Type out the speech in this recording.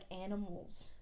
animals